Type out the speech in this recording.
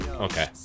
Okay